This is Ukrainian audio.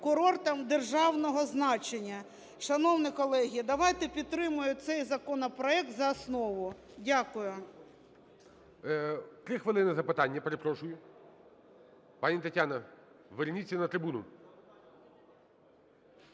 курортом державного значення. Шановні колеги, давайте підтримаємо цей законопроект за основу. Дякую. ГОЛОВУЮЧИЙ. 3 хвилини – запитання. Перепрошую, пані Тетяна, верніться на трибуну.